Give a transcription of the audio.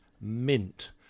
Mint